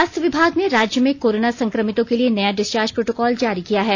स्वास्थय विभाग ने राज्य में कोरोना संक्रमितों के लिए नया डिस्चार्ज प्रोटोकॉल जारी किया है